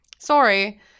Sorry